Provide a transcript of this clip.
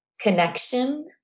connection